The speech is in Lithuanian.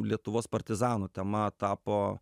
lietuvos partizanų tema tapo